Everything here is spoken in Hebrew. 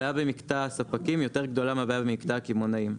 הבעיה במקטע הספקים יותר גדולה מהבעיה במקטע הקמעונאים.